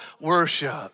Worship